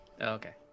okay